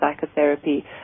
psychotherapy